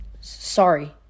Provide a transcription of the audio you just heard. Sorry